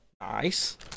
Nice